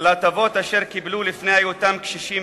להטבות אשר קיבלו לפני היותם קשישים,